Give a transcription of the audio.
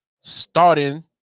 starting